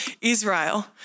Israel